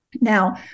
Now